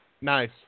Nice